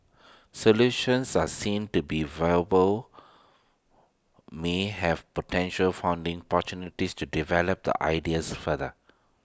solutions are seen to be viable may have potential funding opportunities to develop the ideas further